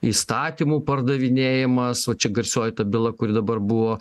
įstatymų pardavinėjimas o čia garsioji ta byla kuri dabar buvo